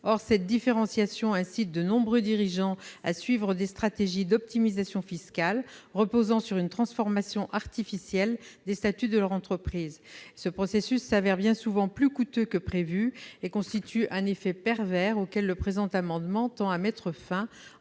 ce qui incite de nombreux dirigeants à suivre des stratégies d'optimisation fiscale reposant sur une transformation artificielle des statuts de leur entreprise. Ce processus s'avère bien souvent plus coûteux que prévu et constitue un effet pervers auquel le présent amendement vise à mettre fin